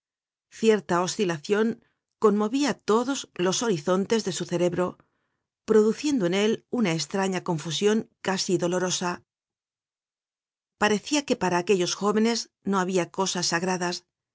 cierta oscilacion conmovia todos los horizontes de su cerebro produciendo en él una estraña confusion casi dolorosa parecia que para aquellos jóvenes no habia cosas sagradas